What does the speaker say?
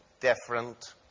different